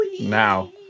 Now